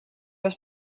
was